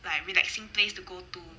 like relaxing place to go to